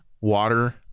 water